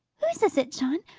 whose is it, john?